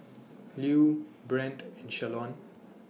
Lue Brent and Shalon